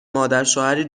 مادرشوهری